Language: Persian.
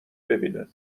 ببینن